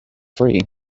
free